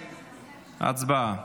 הצבעה.